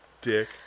Dick